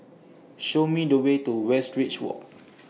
Show Me The Way to Westridge Walk